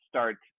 Start